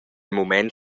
mument